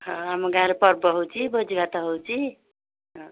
ହଁ ଆମ ଗାଁରେ ପର୍ବ ହେଉଛି ଭୋଜି ଭାତ ହେଉଛି ହଁ